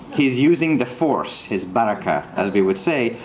he's using the force, his baraka, as we would say,